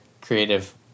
creative